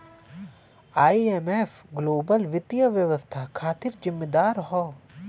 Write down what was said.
IMF global वित्तीय व्यवस्था खातिर जिम्मेदार हौ